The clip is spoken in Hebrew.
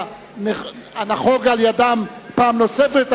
הנחוג היום פעם נוספת,